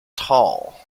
tall